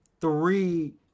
three